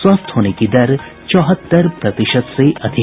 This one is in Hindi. स्वस्थ होने की दर चौहत्तर प्रतिशत से अधिक